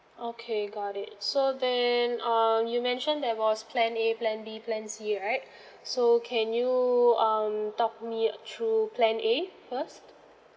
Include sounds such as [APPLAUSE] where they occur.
okay got it so then err you mentioned there was plan A plan B plan C right [BREATH] so can you um talk me through plan A first